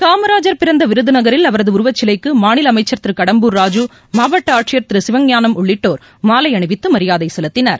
காமராஜர் பிறந்த விருதுநகரில் அவரது உருவச்சிலைக்கு மாநில அமைச்சர் திரு கடம்பூர் ராஜூ மாவட்ட ஆட்சியர் திரு சிவஞானம் உள்ளிட்டோர் மாலை அணிவித்து மரியாதை செலுத்தினர்